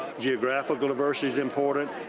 geographical diversity is important,